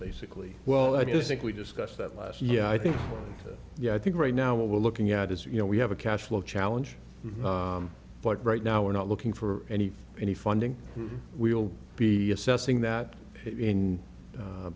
basically well i do think we discussed that last year i think yeah i think right now what we're looking at is you know we have a cash flow challenge but right now we're not looking for any any funding we'll be assessing that in